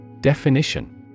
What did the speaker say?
Definition